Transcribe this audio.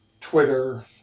Twitter